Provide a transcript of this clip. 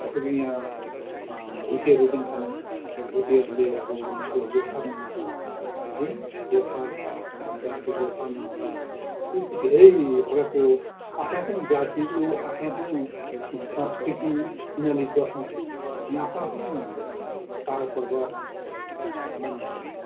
जसो कि यहाँ भोटेहरू पनि छन् भोटेहरूले अब उनीहरूको लोसार मनाउँछन् है लोसार भन्छ त्यो लोसार मनाउँछन् त्यस्तै धेरै प्रकारको आफ्नो आफ्नो जातिको आफ्नो आफ्नो संस्कृति उनीहरूले दर्शाउँछन् यहाँ आफ्नो आफ्नो चाडपर्व मनाउँछन्